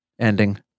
ending